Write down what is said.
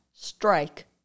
strike